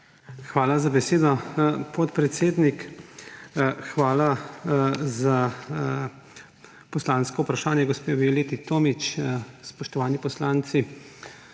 Hvala za besedo, podpredsednik. Hvala za poslansko vprašanje gospe Violeti Tomić. Spoštovani poslanci,